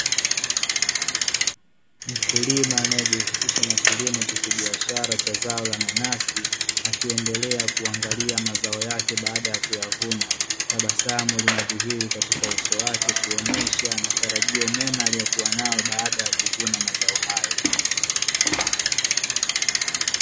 Mkulima anayejihusisha na kilimo cha kibiashara cha zao la nanasi, akiendelea kuangalia mazao yake baada ya kuyavuna, tabasamu linadhihiri katika uso wake kuonyesha matarajio mema aliyokuwa nayo baada ya kuvuna mazao hayo.